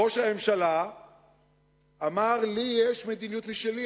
ראש הממשלה אמר: לי יש מדיניות משלי,